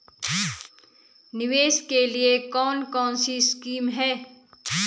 निवेश के लिए कौन कौनसी स्कीम हैं?